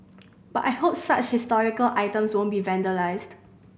but I hope such historical items won't be vandalised